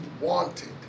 wanted